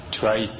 try